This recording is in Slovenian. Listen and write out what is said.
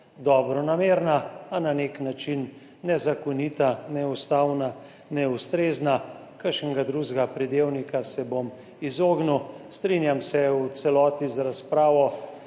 dobronamerna, a na nek način nezakonita, neustavna, neustrezna, kakšnemu drugemu pridevniku se bom izognil. Strinjam se v celoti z razpravo